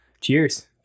Cheers